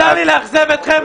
צר לי לאכזב אתכם,